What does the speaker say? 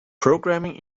programming